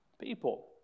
people